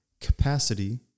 capacity